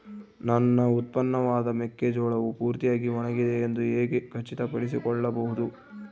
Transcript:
ನನ್ನ ಉತ್ಪನ್ನವಾದ ಮೆಕ್ಕೆಜೋಳವು ಪೂರ್ತಿಯಾಗಿ ಒಣಗಿದೆ ಎಂದು ಹೇಗೆ ಖಚಿತಪಡಿಸಿಕೊಳ್ಳಬಹುದು?